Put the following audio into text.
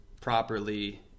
properly